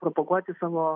propaguoti savo